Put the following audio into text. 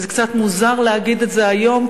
וזה קצת מוזר להגיד את זה היום,